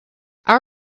our